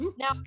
Now